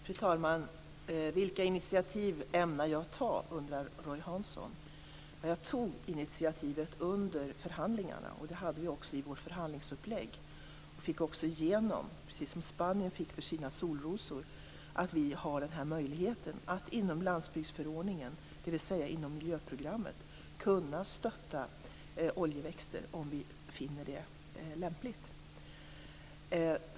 Fru talman! Roy Hansson undrar vilka initiativ jag ämnar ta. Jag tog initiativ under förhandlingarna. Det fanns också i vårt förhandlingsupplägg. Vi fick igenom - precis som Spanien när det gällde deras solrosor - att vi skall ha möjlighet att inom landsbygdsförordningen, dvs. inom miljöprogrammet, stödja oljeväxter om vi finner det lämpligt.